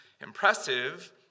impressive